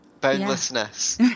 boundlessness